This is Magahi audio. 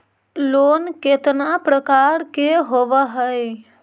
लोन केतना प्रकार के होव हइ?